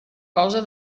cosa